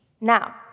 Now